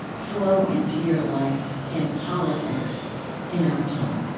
flow into your life in politics in our time?